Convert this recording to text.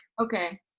Okay